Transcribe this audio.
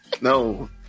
no